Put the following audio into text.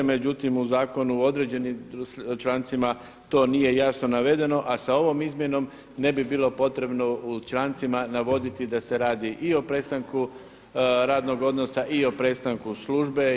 Međutim u zakonu u određenim člancima to nije jasno navedeno, a sa ovom izmjenom ne bi bilo potrebno u člancima navoditi da se radi i o prestanku radnog odnosa i o prestanku službe.